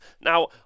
Now